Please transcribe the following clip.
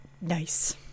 nice